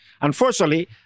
Unfortunately